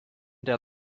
der